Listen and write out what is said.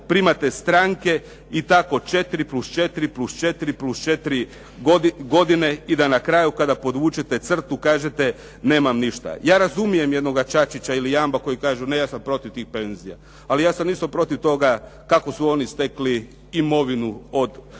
primate stranke i tako 4+4+4+4+4 godine i da na kraju kada podvučete crtu kažete nemam ništa. Ja razumijem jednoga Čačića ili Jamba koji kažu ne, ja sam protiv tih penzija. Ali ja sam isto protiv toga kako su oni stekli imovinu od